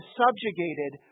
subjugated